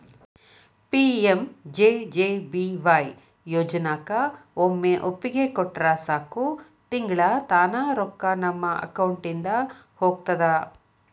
PMJJBY ಯೋಜನಾಕ ಒಮ್ಮೆ ಒಪ್ಪಿಗೆ ಕೊಟ್ರ ಸಾಕು ತಿಂಗಳಾ ತಾನ ರೊಕ್ಕಾ ನಮ್ಮ ಅಕೌಂಟಿದ ಹೋಗ್ತದ